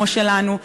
כמו שלנו,